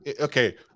okay